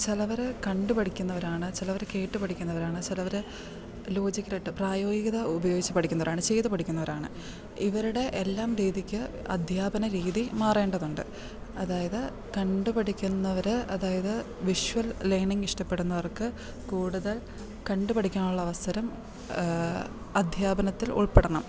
ചിലവര് കണ്ടുപഠിക്കുന്നവരാണ് ചിലവര് കേട്ടു പഠിക്കുന്നവരാണ് ചിലവര് ലോജിക്കലായിട്ട് പ്രായോഗികത ഉപയോഗിച്ചു പഠിക്കുന്നവരാണ് ചെയ്തു പഠിക്കുന്നവരാണ് ഇവരുടെ എല്ലാം രീതിക്ക് അധ്യാപന രീതി മാറേണ്ടതുണ്ട് അതായത് കണ്ടുപഠിക്കുന്നവര് അതായത് വിഷ്വൽ ലേണിംഗ് ഇഷ്ടപ്പെടുന്നവർക്ക് കൂടുതൽ കണ്ടുപഠിക്കാനുള്ള അവസരം അധ്യാപനത്തിൽ ഉൾപ്പെടണം